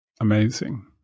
amazing